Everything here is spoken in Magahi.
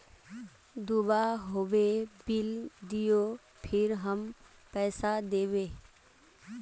दूबा होबे बिल दियो फिर हम पैसा देबे?